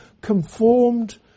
conformed